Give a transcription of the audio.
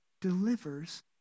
delivers